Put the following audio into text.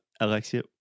Alexia